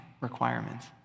requirements